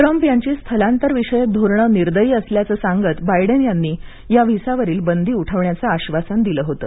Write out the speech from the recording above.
Trump यांची स्थलांतरविषयक धोरणं निर्दयी असल्याचं सांगत बायडेन यांनी या व्हिसा वरील बंदी उठवण्याचं आश्वासन दिलं होतं